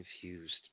confused